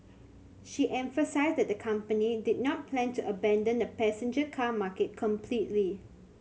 she emphasised that the company did not plan to abandon the passenger car market completely